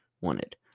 wanted